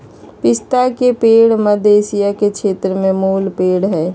पिस्ता के पेड़ मध्य एशिया के क्षेत्र के मूल पेड़ हइ